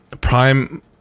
Prime